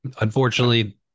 unfortunately